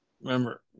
Remember